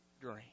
dream